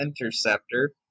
Interceptor